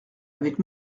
avec